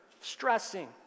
stressing